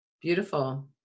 beautiful